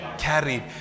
carried